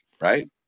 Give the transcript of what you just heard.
Right